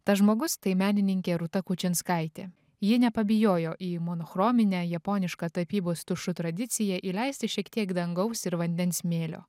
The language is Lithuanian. tas žmogus tai menininkė rūta kučinskaitė ji nepabijojo į monchrominę japonišką tapybos tušu tradiciją įleisti šiek tiek dangaus ir vandens smėlio